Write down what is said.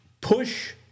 push